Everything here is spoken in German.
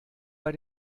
bei